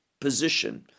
position